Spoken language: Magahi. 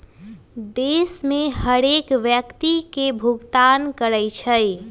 देश के हरेक व्यक्ति के भुगतान करइ छइ